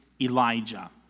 Elijah